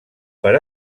per